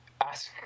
ask